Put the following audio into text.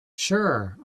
sure